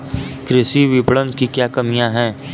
कृषि विपणन की क्या कमियाँ हैं?